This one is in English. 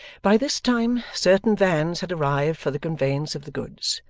by this time, certain vans had arrived for the conveyance of the goods,